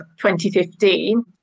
2015